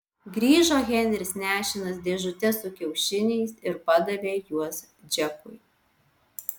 grįžo henris nešinas dėžute su kiaušiniais ir padavė juos džekui